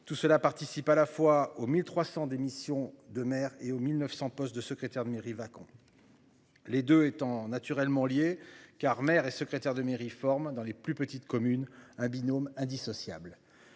Tout cela participe à la fois aux 1300, démission de maire et aux 1900 postes de secrétaire de mairie vacants. Les deux étant naturellement lié car maire et secrétaire de mairie forme dans les plus petites communes, un binôme indissociable.